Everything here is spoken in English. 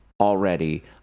already